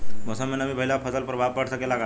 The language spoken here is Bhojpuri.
मौसम में नमी भइला पर फसल पर प्रभाव पड़ सकेला का?